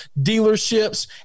dealerships